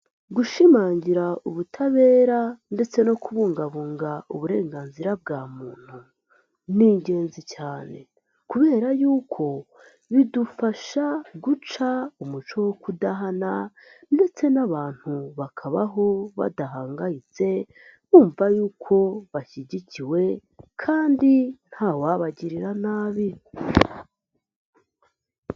Gushimangira ubutabera ndetse no kubungabunga uburenganzira bwa muntu, ni ingenzi cyane, kubera yuko bidufasha guca umuco wo kudahana, ndetse n'abantu bakabaho badahangayitse bumva yuko bashyigikiwe, kandi nta wababagirira nabi.